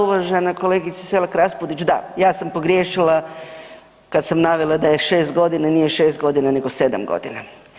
Uvažena kolegice Selak Raspudić, da, ja sam pogriješila kad sam navela 6 g., nije 6 g. nego 7 godina.